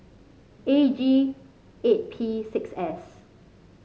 A G eight P six S